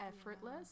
effortless